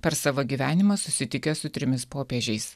per savo gyvenimą susitikęs su trimis popiežiais